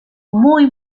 muy